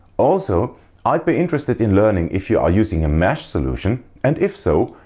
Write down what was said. also i'd be interested in learning if you are using a mesh solution and if so,